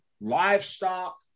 livestock